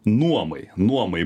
nuomai nuomai